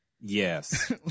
Yes